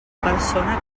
persona